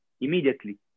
immediately